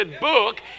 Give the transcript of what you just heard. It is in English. book